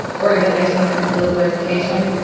organization and like a political education.